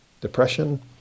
Depression